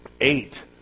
Eight